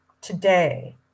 today